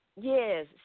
yes